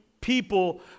people